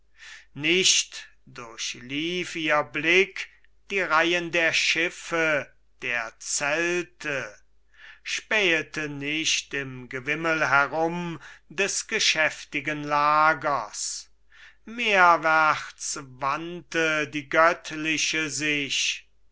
nicht durchlief ihr blick die reihen der schiffe der zelte spähete nicht im gewimmel herum des geschäftigen lagers meerwärts wandte die göttliche sich